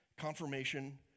confirmation